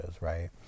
right